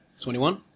Twenty-one